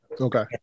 Okay